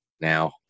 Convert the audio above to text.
now